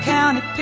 County